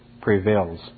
prevails